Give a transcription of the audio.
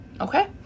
okay